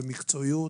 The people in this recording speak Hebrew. במקצועיות,